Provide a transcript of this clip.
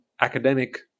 academic